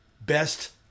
Best